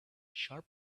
sharp